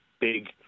big